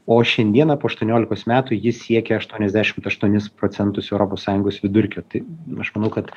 o šiandieną po aštuoniolikos metų jis siekia aštuoniasdešim aštuonis procentus europos sąjungos vidurkio tai aš manau kad